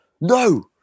no